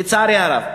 לצערי הרב.